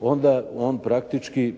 onda on praktički